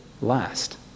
last